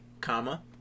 comma